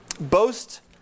boast